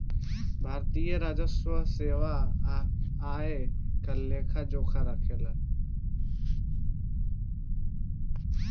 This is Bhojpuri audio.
भारतीय राजस्व सेवा आय व्यय के लेखा जोखा भी राखेले